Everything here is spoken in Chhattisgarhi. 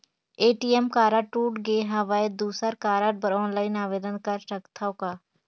ए.टी.एम कारड टूट गे हववं दुसर कारड बर ऑनलाइन आवेदन कर सकथव का?